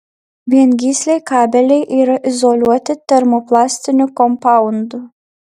viengysliai kabeliai yra izoliuoti termoplastiniu kompaundu